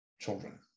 children